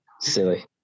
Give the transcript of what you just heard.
Silly